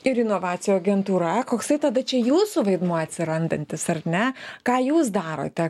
ir inovacijų agentūra koksai tai tada čia jūsų vaidmuo atsirandantis ar ne ką jūs darote